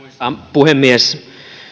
puhemies